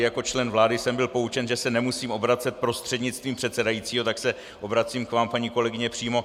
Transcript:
Jako člen vlády jsem byl poučen, že se nemusím obracet prostřednictvím předsedajícího, tak se obracím k vám, paní kolegyně, přímo.